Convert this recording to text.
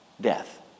death